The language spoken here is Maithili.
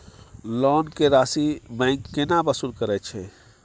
लोन के राशि बैंक केना वसूल करे छै?